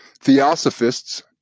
theosophists